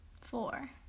four